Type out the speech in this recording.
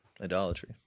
idolatry